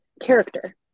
character